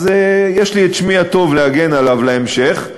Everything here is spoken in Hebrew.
אז יש לי שמי הטוב להגן עליו להמשך.